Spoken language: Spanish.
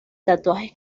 tatuajes